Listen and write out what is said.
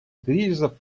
кризисов